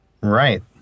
Right